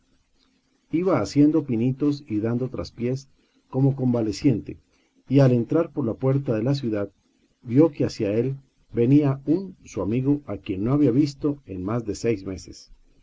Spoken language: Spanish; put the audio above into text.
iba haciendo pinitos y dando tr aspiés como convaleciente y al entrar por la puerta de la ciudad vio que hacia él venía un su amigo a quien no había visto en más de seis meses